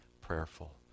prayerful